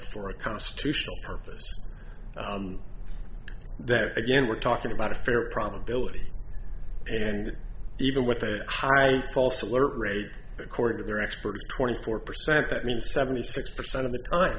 for a constitutional purpose that again we're talking about a fair probability and even with a high false alert rate according to their experts twenty four percent that means seventy six percent of the time